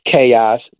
chaos